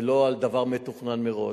ולא על דבר מתוכנן מראש.